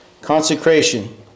consecration